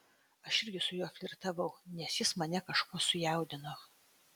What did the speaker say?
aš irgi su juo flirtavau nes jis mane kažkuo sujaudino